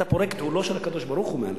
אתה פורק את עולו של הקדוש-ברוך-הוא מעליך.